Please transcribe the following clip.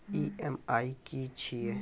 EMI की छिये?